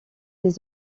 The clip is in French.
des